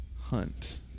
Hunt